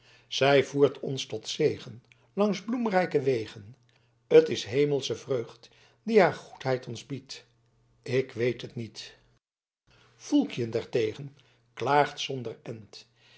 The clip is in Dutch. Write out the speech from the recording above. zij voert ons tot zegen langs bloemrijke wegen t is hemelsche vreugd die haar goedheid ons biedt ik weet het niet foelkjen daartegen klaagt zonder end